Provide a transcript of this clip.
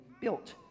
built